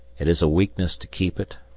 it is a weakness to keep it,